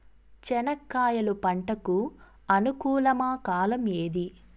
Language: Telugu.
చెనక్కాయలు పంట కు అనుకూలమా కాలం ఏది?